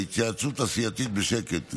ההתייעצות הסיעתית בשקט,